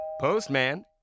Postman